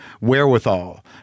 wherewithal